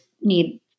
need